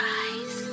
eyes